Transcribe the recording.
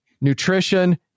nutrition